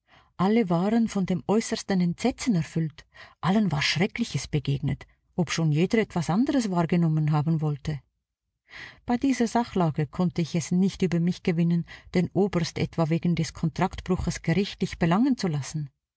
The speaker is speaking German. alle waren von dem äußersten entsetzen erfüllt allen war schreckliches begegnet obschon jeder etwas anderes wahrgenommen haben wollte bei dieser sachlage konnte ich es nicht über mich gewinnen den oberst etwa wegen des kontraktbruches gerichtlich belangen zu lassen